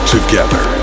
together